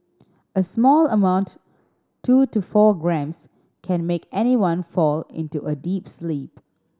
a small amount two to four grams can make anyone fall into a deep sleep